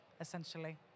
essentially